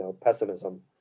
pessimism